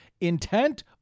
intent